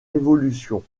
évolution